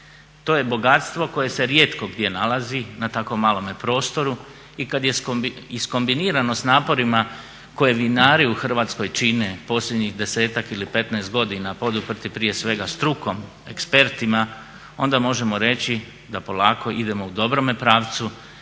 To je bogatstvo koje se rijetko gdje nalazi na tako malome prostoru i kad je iskombinirano s naporima koje vinari u Hrvatskoj čine posljednjih 10-ak ili 15 godina poduprti prije svega strukom, ekspertima, onda možemo reći da polako idemo u dobrome pravcu